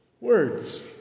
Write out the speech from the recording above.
words